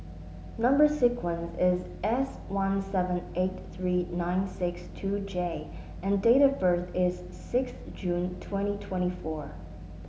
number sequence is S one seven eight three nine six two J and date of birth is six June twenty twenty four